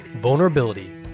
vulnerability